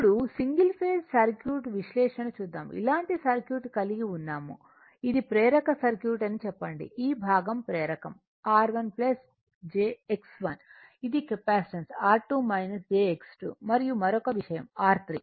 ఇప్పుడు single phase circuit విశ్లేషణ చూద్దాము ఇలాంటి సర్క్యూట్ కలిగి ఉన్నాము ఇది ప్రేరక సర్క్యూట్ అని చెప్పండి ఈ భాగం ప్రేరకం R1 jX1 ఇది కెపాసిటివ్ R2 jX2 మరియు మరొక విషయం R3